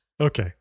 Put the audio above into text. Okay